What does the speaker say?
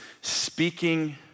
speaking